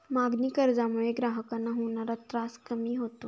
मागणी कर्जामुळे ग्राहकांना होणारा त्रास कमी होतो